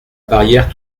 barrière